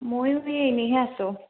ময়ো এনে এনেইহে আছোঁ